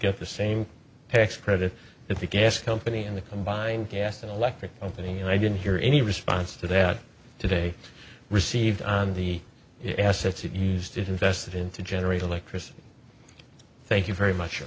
give the same tax credit if the gas company and the combined gas and electric company and i didn't hear any response to that today received on the assets it used it invested in to generate electricity thank you very much